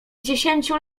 dziesięciu